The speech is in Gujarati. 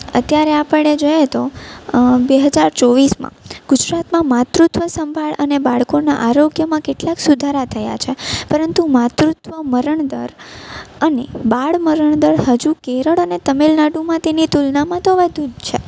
અત્યારે આપણે જોઈએ તો બે હજાર ચોવીસમાં ગુજરાતમાં માતૃત્ત્વ સંભાળ અને બાળકોનાં આરોગ્યમાં કેટલાક સુધારા થયા છે પરંતુ માતૃત્ત્વ મરણ દર અને બાળમરણ દર હજુ કેરળ અને તમિલનાડુમાં તેની તુલનામાં તો વધુ જ છે